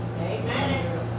Amen